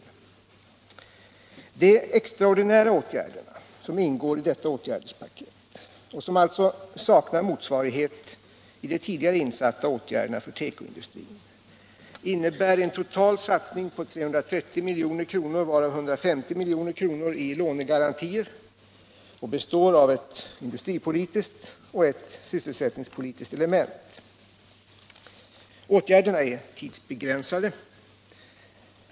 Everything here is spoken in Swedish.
De — Åtgärder för textilextraordinära åtgärderna, som ingår i detta åtgärdspaket och som alltså — och konfektionssaknar motsvarighet i de tidigare insatta åtgärderna för tekoindustrin, = industrierna innebär en total satsning på 330 milj.kr. — varav 150 milj.kr. i lånegarantier — och består av ett industripolitiskt och ett sysselsättningspolitiskt element. Åtgärderna är tidsbegränsade.